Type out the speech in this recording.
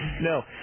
No